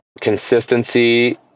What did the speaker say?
consistency